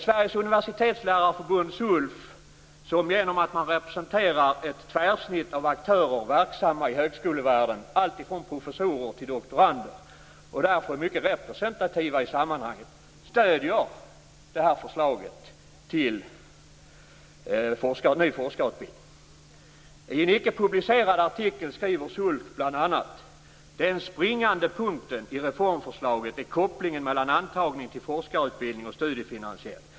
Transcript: Sveriges universitetslärarförbund, SULF, som genom att det representerar ett tvärsnitt av aktörer verksamma i högskolevärlden, alltifrån professorer till doktorander, och därför är mycket representativt i sammanhanget stöder förslaget till ny forskarutbildning. I en icke publicerad artikel skriver SULF bl.a.: "Den springande punkten i reformförslaget är kopplingen mellan antagning till forskarutbildning och studiefinansiering.